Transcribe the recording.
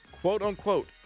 quote-unquote